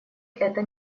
это